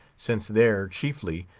since there, chiefly,